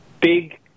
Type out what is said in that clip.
big